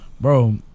Bro